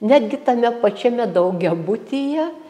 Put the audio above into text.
netgi tame pačiame daugiabutyje